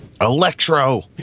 Electro